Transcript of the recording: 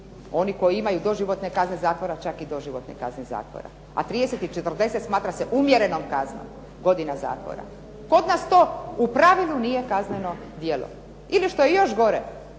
Oni koji imaju doživotne kazne zatvore, čak i doživotne kazne zatvora. A 30 i 40 smatra se umjerenom kaznom godina zatvora. Kod nas to u pravilu nije kazneno djelo. Ili što je još gore,